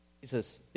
Jesus